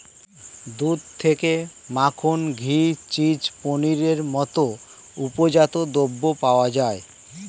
দুধ থেকে মাখন, ঘি, চিজ, পনিরের মতো উপজাত দ্রব্য পাওয়া যায়